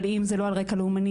אבל אם זה לא על רקע לאומני,